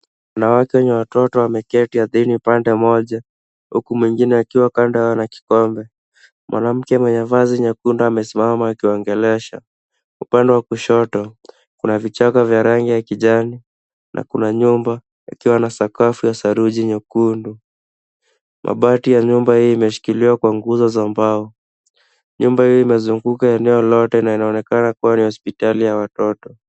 Wanawake wenye watoto wameketi ardhini pande moja huku mwingine akiwa kando yao na kikombe. Mwanamke mwenye vaazi nyekundu amesimama akiwaongelesha. Upande wa kushoto kuna vichaka vya rangi ya kijani na kuna nyumba yakiwa na sakafu ya saruji ya nyekundu. Mabati ya nyumba hii imeshikiliwa kwa nguzo za mbao. Nyumba hii imezunguka eneo lote na inaonekana kuwa ni hospitali ya watoto.